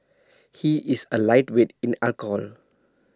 he is A lightweight in alcohol